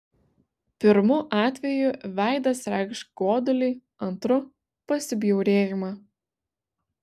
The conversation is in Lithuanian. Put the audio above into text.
pirmu atveju veidas reikš godulį antru pasibjaurėjimą